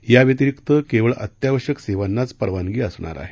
याव्यतिरिक्त केवळ अत्यावश्यक सेवांनाच परवानगी असणार आहे